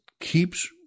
keeps